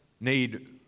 need